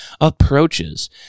approaches